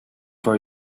for